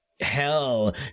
hell